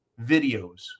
videos